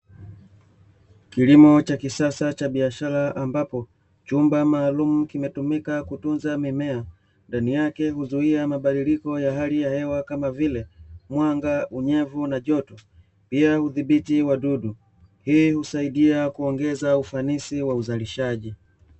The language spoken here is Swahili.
Kilimo cha kisasa cha biashara ambapo, chumba maalumu kimetumika kutunza mimea, ndani yake huzuia mabadiliko ya hali ya hewa kama vile: mwanga, unyevu na joto; pia hudhibiti wadudu. Hii husaidia kuongeza ufanisi wa uzalishaji.